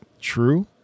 true